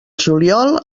juliol